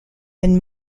and